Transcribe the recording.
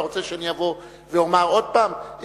אתה רוצה שאני אבוא ואומר עוד פעם?